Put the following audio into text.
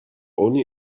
only